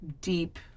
deep